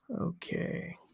Okay